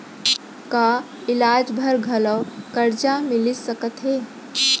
का इलाज बर घलव करजा मिलिस सकत हे?